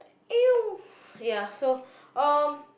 !eww! ya so um